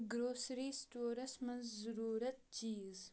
grocery stores منٛز ضروٗرت چیٖز